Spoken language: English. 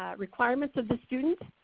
ah requirements of the student.